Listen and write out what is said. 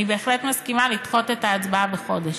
אני בהחלט מסכימה לדחות את ההצבעה בחודש.